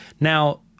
now